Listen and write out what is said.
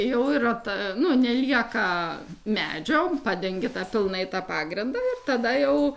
jau yra ta nu nelieka medžio padengi tą pilnai tą pagrindą ir tada jau